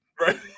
Right